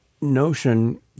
notion